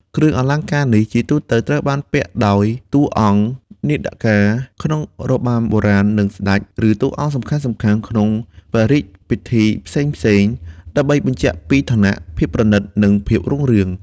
លក្ខណៈពិសេសនៃសង្វាររួមមាន រូបរាង និងទម្រង់ ការលម្អដោយក្បាច់ល្អិតល្អន់ និងការបំពាក់ត្បូងភ្លឺចែងចាំង។